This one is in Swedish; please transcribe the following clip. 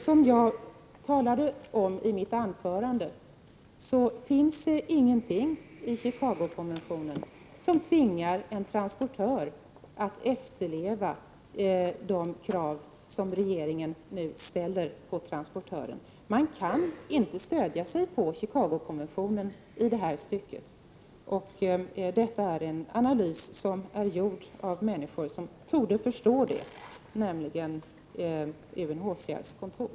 Som jag sade i mitt anförande finns det ingenting i Chicagokonventionen som tvingar en transportör att uppfylla de krav som regeringen nu ställer på transportören. Man kan inte stödja sig på Chicagokonventionen i detta sammanhang. Denna analys har gjorts av människor som torde förstå detta, nämligen tjänstemän på UNHCR:s kontor.